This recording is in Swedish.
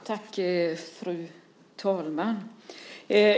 Fru talman!